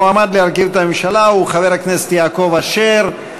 המועמד להרכיב את הממשלה הוא חבר הכנסת יעקב אשר.